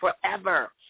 forever